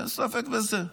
אין ספק בזה,